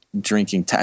drinking